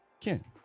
Ken